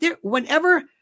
whenever